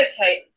okay